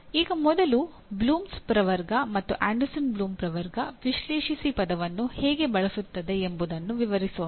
ಈಗ ಮೊದಲು ಬ್ಲೂಮ್ಸ್ ಪ್ರವರ್ಗ ಮತ್ತು ಆಂಡರ್ಸನ್ ಬ್ಲೂಮ್ ಪ್ರವರ್ಗ "ವಿಶ್ಲೇಷಿಸಿ" ಪದವನ್ನು ಹೇಗೆ ಬಳಸುತ್ತದೆ ಎಂಬುದನ್ನು ವಿವರಿಸೋಣ